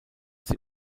sie